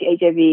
HIV